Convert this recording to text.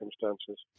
circumstances